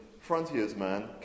frontiersman